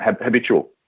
habitual